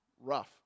rough